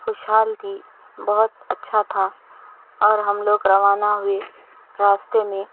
خوش حال تھی بہت اچّھا تھا اور ہم لوگ روانہ ہوئے راستے میں